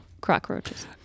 cockroaches